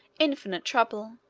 infinite trouble.